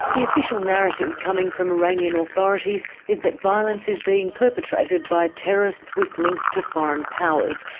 the official narrative coming from iranian authorities is that violence is being perpetrated by terrorists with links to foreign powers.